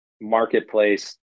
marketplace